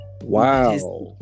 wow